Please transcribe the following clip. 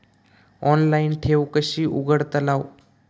Online ठेव कशी उघडतलाव?